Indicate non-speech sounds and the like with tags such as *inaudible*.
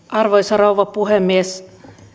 *unintelligible* arvoisa rouva puhemies